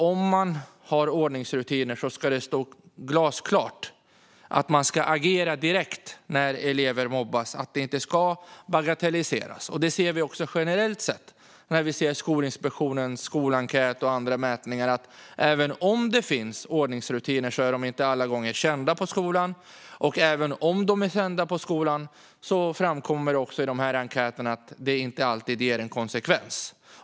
Om man har ordningsrutiner ska det stå glasklart att man ska agera direkt när elever mobbas och att det inte ska bagatelliseras. Utifrån Skolinspektionens skolenkät och andra mätningar ser vi också generellt sett att även om ordningsrutiner finns är de inte alla gånger kända på skolan. Det framkommer också i enkäterna att även om ordningsrutinerna är kända leder de inte alltid till en konsekvens.